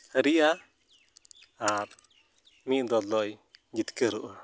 ᱦᱟᱨᱤᱜᱼᱟ ᱟᱨ ᱢᱤᱫ ᱫᱚᱞ ᱫᱚᱭ ᱡᱤᱛᱠᱟᱹᱨᱚᱜᱼᱟ